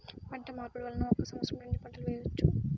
పంటమార్పిడి వలన ఒక్క సంవత్సరంలో ఎన్ని పంటలు వేయవచ్చు?